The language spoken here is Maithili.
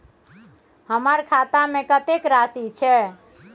हमर खाता में कतेक राशि छै?